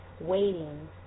waiting